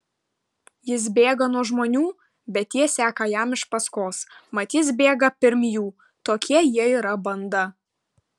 jis bėga nuo žmonių bet tie seka jam iš paskos mat jis bėga pirm jų tokia jie yra banda